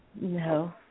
No